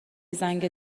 زنگ